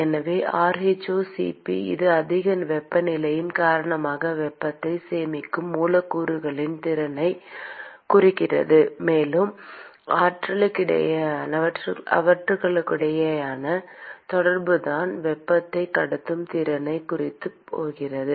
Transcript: எனவே rhoCp இது அதிக வெப்பநிலையின் காரணமாக வெப்பத்தை சேமிக்கும் மூலக்கூறுகளின் திறனைக் குறிக்கிறது மேலும் அவற்றுக்கிடையேயான தொடர்புதான் வெப்பத்தைக் கடத்தும் திறனைக் குறிக்கப் போகிறது